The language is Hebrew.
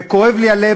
וכואב לי הלב,